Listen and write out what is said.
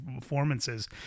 performances